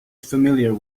familiar